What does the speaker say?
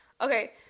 okay